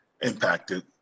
impacted